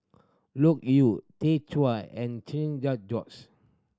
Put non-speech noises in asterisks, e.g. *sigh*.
Loke Yew Tay Chua and *unintelligible*